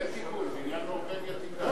בעניין נורבגיה תיקנת.